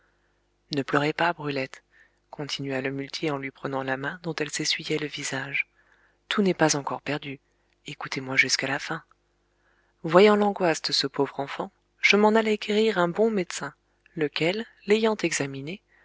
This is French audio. ne pleurez pas brulette continua le muletier en lui prenant la main dont elle s'essuyait le visage tout n'est pas encore perdu écoutez-moi jusqu'à la fin voyant l'angoisse de ce pauvre enfant je m'en allai querir un bon médecin lequel l'ayant examiné